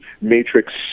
Matrix